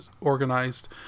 organized